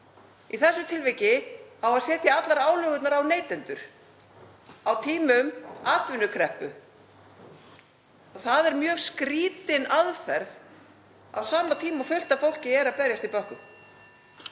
Í þessu tilviki á að setja allar álögurnar á neytendur á tímum atvinnukreppu. Það er mjög skrýtin aðferð á sama tíma og margir berjast í bökkum.